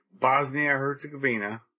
Bosnia-Herzegovina